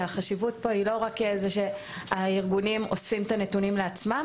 שהחשיבות פה היא לא רק זה שהארגונים אוספים את הנתונים לעצמם